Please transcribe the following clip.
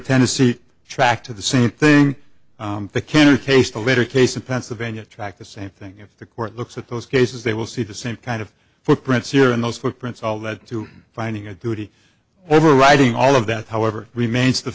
tennessee track to the same thing the canner case the later case in pennsylvania track the same thing if the court looks at those cases they will see the same kind of footprints here and those footprints all lead to finding a duty overriding all of that however remains the